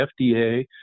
FDA